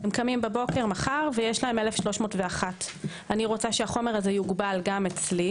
הם קמים בבוקר מחר ויש להם 1,301. אני רוצה שהחומר הזה יוגבל גם אצלי.